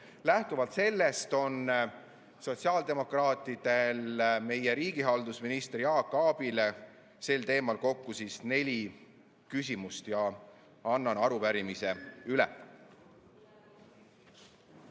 Lähtuvalt sellest on sotsiaaldemokraatidel riigihalduse ministrile Jaak Aabile sel teemal kokku neli küsimust. Annan arupärimise üle.